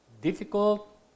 difficult